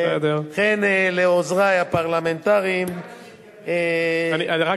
וכן לעוזרי הפרלמנטריים אילן